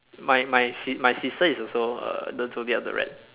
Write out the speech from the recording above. my my si~ my sister is also a the zodiac of the rat